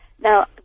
Now